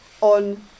On